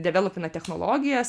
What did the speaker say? developina technologijas